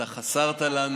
אתה חסרת לנו.